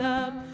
up